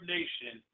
Nation